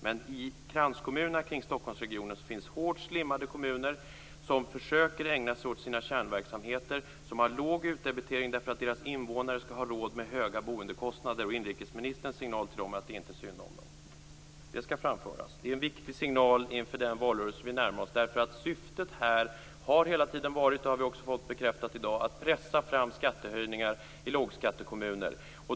Men runt Stockholmsregionen finns hårt slimmade kommuner som försöker ägna sig åt sina kärnverksamheter och har låg utdebitering därför att dess invånare skall ha råd med höga boendekostnader. Inrikesministerns signal till dem är att det inte är synd om dem. Det skall framföras. Det är en viktig signal inför den valrörelse vi närmar oss, därför att syftet här har hela tiden varit - det har vi också fått bekräftat i dag - att pressa fram skattehöjningar i lågskattekommuner.